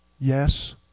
Yes